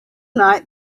night